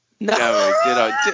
No